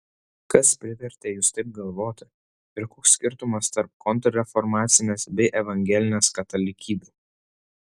kas privertė jus taip galvoti ir koks skirtumas tarp kontrreformacinės bei evangelinės katalikybių